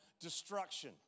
destruction